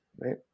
right